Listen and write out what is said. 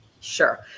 Sure